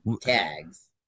tags